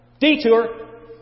Detour